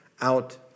out